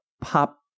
pop